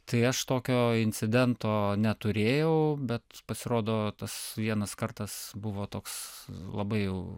tai aš tokio incidento neturėjau bet pasirodo tas vienas kartas buvo toks labai jau